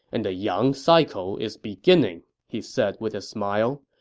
and the yang cycle is beginning, he said with a smile.